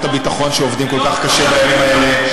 הביטחון שעובדים כל כך קשה בימים האלה,